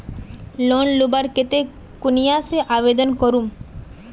Loan लुबार केते कुनियाँ से आवेदन करूम?